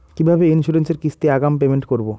কিভাবে ইন্সুরেন্স এর কিস্তি আগাম পেমেন্ট করবো?